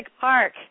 Park